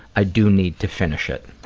i do need to finish it.